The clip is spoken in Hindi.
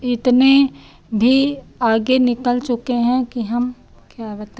इतने भी आगे निकल चुके हैं कि हम क्या बताएँ